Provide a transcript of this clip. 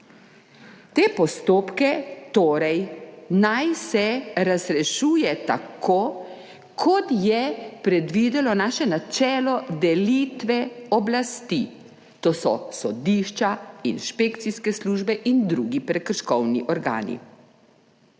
Te postopke torej naj se razrešuje tako, kot je predvidelo naše načelo delitve oblasti, to so sodišča, inšpekcijske službe in drugi prekrškovni organi.